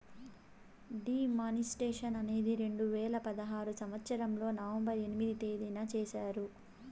D మానిస్ట్రేషన్ అనేది రెండు వేల పదహారు సంవచ్చరంలో నవంబర్ ఎనిమిదో తేదీన చేశారు